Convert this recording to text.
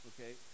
Okay